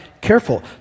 careful